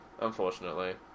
unfortunately